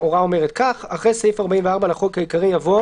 ההוראה אומרת כך: הוספת סעיף 44א9. "אחרי סעיף 44 לחוק העיקרי יבוא: